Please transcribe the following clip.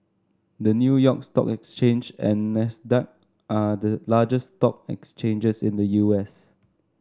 the New York Stock Exchange and Nasdaq are the largest stock exchanges in the U S